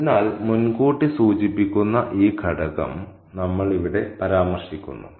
അതിനാൽ മുൻകൂട്ടി സൂചിപ്പിക്കുന്ന ഈ ഘടകം നമ്മൾ ഇവിടെ പരാമർശിക്കുന്നു